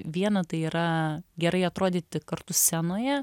viena tai yra gerai atrodyti kartu scenoje